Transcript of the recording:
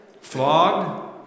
Flogged